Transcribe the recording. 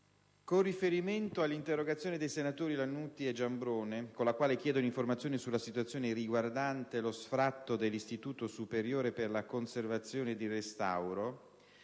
Con riferimento all'interrogazione dei senatori Lannutti e Giambrone con la quale essi chiedono informazioni sulla situazione riguardante lo sfratto dell'Istituto superiore per la conservazione ed il restauro,